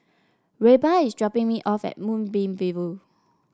Reba is dropping me off at Moonbeam View